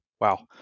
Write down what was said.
Wow